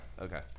Okay